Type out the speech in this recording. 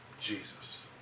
Jesus